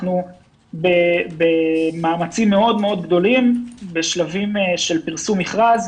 אנחנו במאמצים מאוד מאוד גדולים בשלבים של פרסום מכרז,